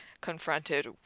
confronted